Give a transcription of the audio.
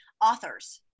Authors